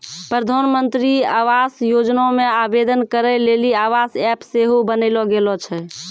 प्रधानमन्त्री आवास योजना मे आवेदन करै लेली आवास ऐप सेहो बनैलो गेलो छै